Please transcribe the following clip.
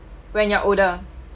when you're older